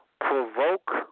provoke